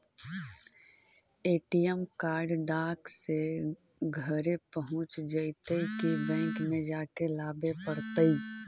ATM card डाक से घरे पहुँच जईतै कि बैंक में जाके लाबे पड़तै?